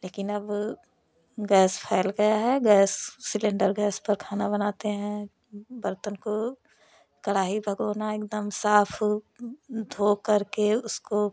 लेकिन अब गैस फैल गया है गैस सिलेंडर गैस पर खाना बनाते हैं बर्तन को कढ़ाई भगौना एकदम साफ धोकर के उसको